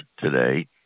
today